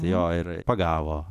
jo ir pagavo